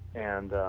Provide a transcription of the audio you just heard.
and